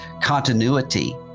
continuity